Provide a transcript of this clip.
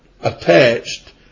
attached